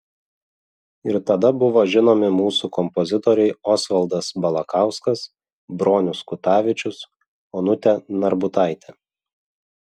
ir tada buvo žinomi mūsų kompozitoriai osvaldas balakauskas bronius kutavičius onutė narbutaitė